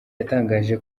yatangaje